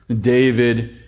David